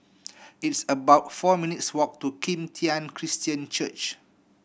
it's about four minutes' walk to Kim Tian Christian Church